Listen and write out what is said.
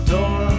Door